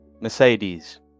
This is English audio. Mercedes